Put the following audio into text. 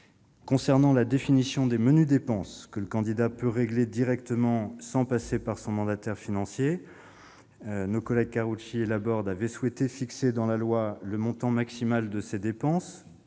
Concernant la définition des menues dépenses que le candidat peut régler directement sans passer par son mandataire financier, nos collègues Roger Karoutchi et Françoise Laborde avaient souhaité fixer dans la loi le montant maximal de ces dépenses